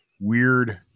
weird